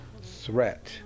threat